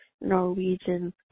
Norwegian